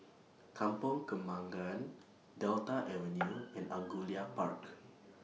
Kampong Kembangan Delta Avenue and Angullia Park